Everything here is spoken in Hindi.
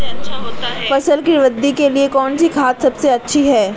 फसल की वृद्धि के लिए कौनसी खाद सबसे अच्छी है?